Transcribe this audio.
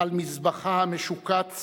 על מזבחה המשוקץ